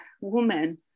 woman